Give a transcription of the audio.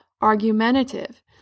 argumentative